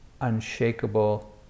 unshakable